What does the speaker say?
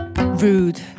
Rude